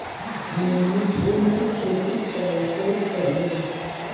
हमनी फूल के खेती काएसे करियय?